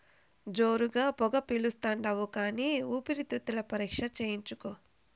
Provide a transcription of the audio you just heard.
జోరుగా పొగ పిలిస్తాండావు కానీ ఊపిరితిత్తుల పరీక్ష చేయించుకో